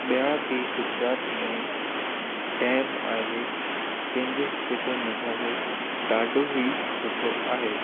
ॿिया बि गुजरात में डेम आहे जंहिं जे हिते जो नज़ारो ॾाढो ई सुठो आहे